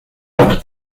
dans